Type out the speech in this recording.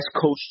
Coast